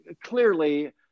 clearly